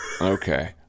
okay